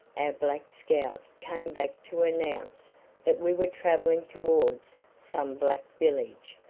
black scouts came back to announce that we were travelling towards some black village,